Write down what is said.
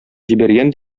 җибәргән